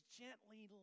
gently